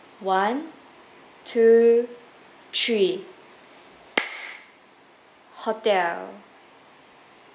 one two three hotel